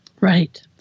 Right